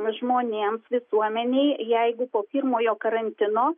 žmonėms visuomenei jeigu po pirmojo karantino